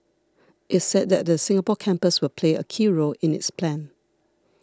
it said that the Singapore campus will play a key role in its plan